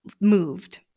moved